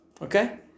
Okay